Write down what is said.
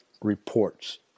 Reports